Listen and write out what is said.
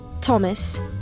Thomas